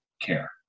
care